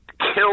kill